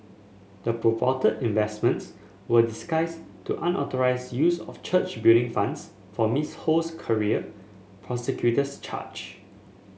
the purported investments were disguise to unauthorised use of church Building Funds for Miss Ho's career prosecutors charge